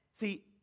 See